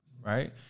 right